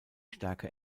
stärke